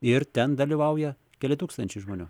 ir ten dalyvauja keli tūkstančiai žmonių